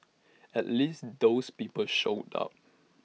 at least those people showed up